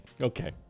Okay